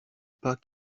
pas